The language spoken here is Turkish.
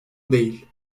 değil